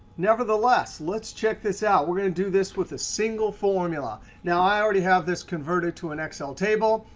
nevertheless, let's check this out. we are going to do this with a single formula. now, i already have this converted to an excel table.